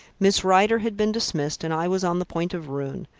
miss rider had been dismissed, and i was on the point of ruin.